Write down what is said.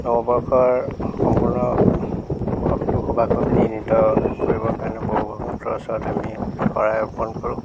নৱবৰ্ষৰ সম্পূৰ্ণ বৰ্ষটো কৰিব কাৰণে প্ৰভূ ভগৱন্তৰ ওচৰত আমি শৰাই অৰ্পণ কৰোঁ